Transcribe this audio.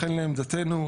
לעמדתנו,